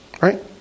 Right